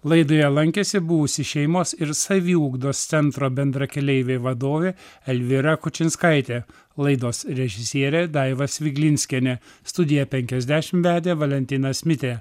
laidoje lankėsi buvusi šeimos ir saviugdos centro bendrakeleiviai vadovė elvyra kučinskaitė laidos režisierė daiva sviglinskienė studiją penkiasdešim vedė valentinas mitė